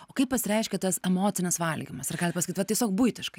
o kaip pasireiškia tas emocinis valgymas ar galit pasakyt va tiesiog buitiškai